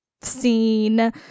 scene